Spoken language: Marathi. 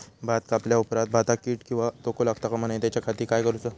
भात कापल्या ऑप्रात भाताक कीड किंवा तोको लगता काम नाय त्याच्या खाती काय करुचा?